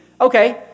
Okay